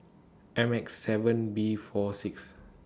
M X seven B four six